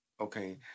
okay